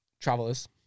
travelers